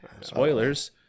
spoilers